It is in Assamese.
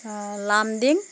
লামডিং